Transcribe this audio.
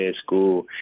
school